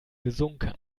gesunken